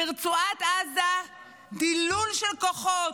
ברצועת עזה דילול של כוחות,